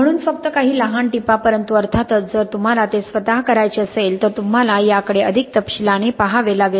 म्हणून फक्त काही लहान टिपा परंतु अर्थातच जर तुम्हाला ते स्वतः करायचे असेल तर तुम्हाला याकडे अधिक तपशीलाने पहावे लागेल